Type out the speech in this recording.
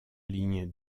ligne